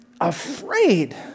afraid